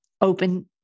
open